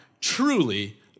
truly